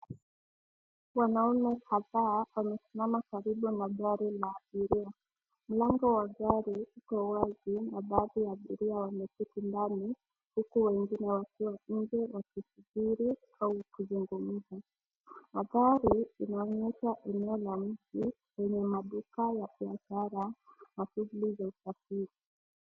Wanaume kadhaa wamesimama karibu na gari la abiria. Mlango wa gari iko wazi na baadhi ya abiria wameketi ndani, huku wengine wakiwa nje wakisubiri au kuzung'umza. Mandhari inaonesha eneo la mji lenye maduka ya biashara na shughuli za usafiri.